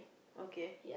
okay